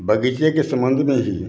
बगीचे के संबंध में ही